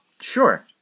Sure